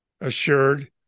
assured